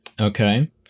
Okay